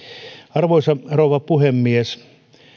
arvoisa rouva puhemies